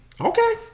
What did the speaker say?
Okay